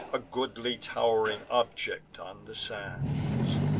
a goodly tow'ring object on the sands.